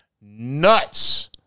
nuts